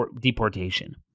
deportation